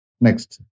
Next